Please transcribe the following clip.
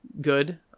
good